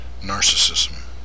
narcissism